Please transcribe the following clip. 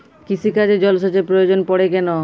কৃষিকাজে জলসেচের প্রয়োজন পড়ে কেন?